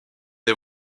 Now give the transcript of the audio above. des